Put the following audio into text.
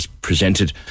presented